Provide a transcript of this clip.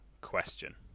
question